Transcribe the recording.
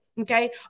okay